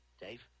Dave